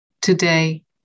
today